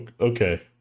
Okay